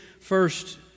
first